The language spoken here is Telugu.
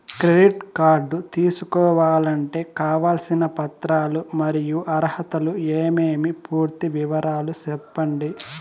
క్రెడిట్ కార్డు తీసుకోవాలంటే కావాల్సిన పత్రాలు మరియు అర్హతలు ఏమేమి పూర్తి వివరాలు సెప్పండి?